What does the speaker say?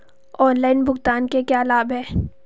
Online भुगतान के क्या लाभ हैं?